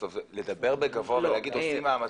לדבר בגבוה ולהגיד עושים מאמצים,